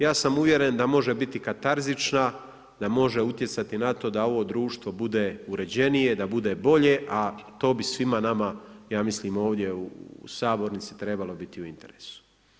Ja sam uvjeren da može biti katarzična, da može utjecati na to da ovo društvo može biti uređenije, da bude bolje, a to bi svima nama ja mislim ovdje u sabornici trebalo biti u interesu.